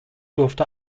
durfte